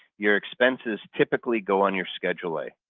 your expenses typically go on your schedule a.